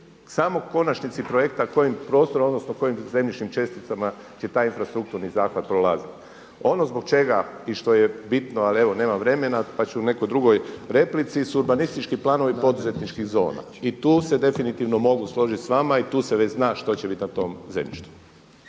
samo u konačnici projekta kojim prostorom odnosno kojim zemljišnim česticama će taj infrastrukturni zahvat prolazit. Ono zbog čega i što je bitno, ali evo nemam vremena pa ću u nekoj drugoj replici, su urbanistički planovi poduzetničkih zona. I tu se definitivno mogu složiti s vama i tu se već zna što će biti na tom zemljištu.